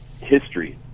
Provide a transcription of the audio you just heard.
history